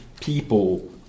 people